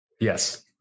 Yes